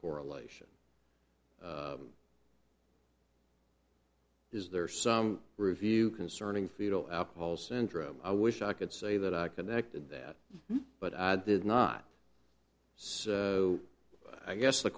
correlation is there some review concerning fetal alcohol syndrome i wish i could say that i connected that but i did not so i guess the